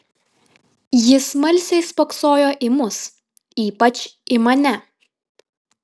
ji smalsiai spoksojo į mus ypač į mane